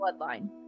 bloodline